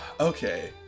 okay